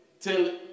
till